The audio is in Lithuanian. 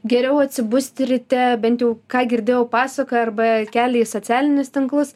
geriau atsibusti ryte bent jau ką girdėjau pasakoja arba kelia į socialinius tinklus